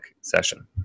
session